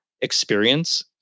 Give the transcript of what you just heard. experience